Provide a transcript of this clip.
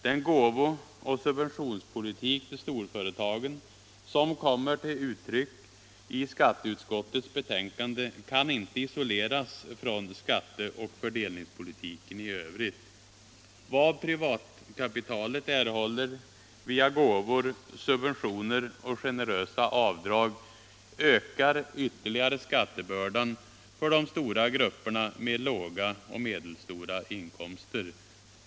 Den gåvooch subventionspolitik gentemot storföretagen som kommer till uttryck i skatteutskottets betänkande kan inte isoleras från skatteoch fördelningspolitiken i övrigt. Vad privatkapitalet erhåller via gåvor, subventioner och generösa avdrag ökar ytterligare skattebördan för de stora grupperna människor med låga och medelstora inkomster.